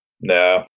No